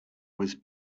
was